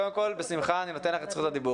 קודם כול, בשמחה, אני נותן לך את זכות הדיבור.